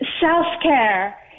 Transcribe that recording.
self-care